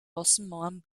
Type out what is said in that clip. außenmauern